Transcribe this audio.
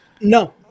No